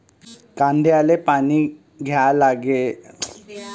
कांद्याले पानी द्याले पाच एच.पी ची मोटार मोटी व्हईन का?